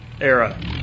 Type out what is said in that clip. era